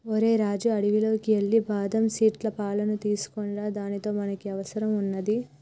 ఓరై రాజు అడవిలోకి ఎల్లి బాదం సీట్ల పాలును తీసుకోనిరా దానితో మనకి అవసరం వున్నాది